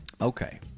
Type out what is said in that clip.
Okay